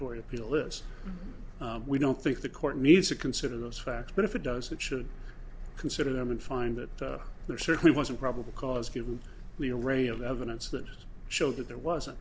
toward appeal is we don't think the court needs to consider those facts but if it does it should consider them and find that there certainly wasn't probable cause give me a ray of evidence that showed that there wasn't